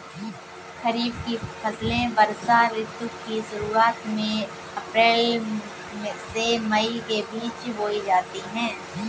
खरीफ की फसलें वर्षा ऋतु की शुरुआत में अप्रैल से मई के बीच बोई जाती हैं